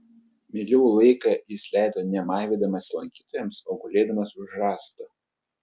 mieliau laiką jis leido ne maivydamasis lankytojams o gulėdamas už rąsto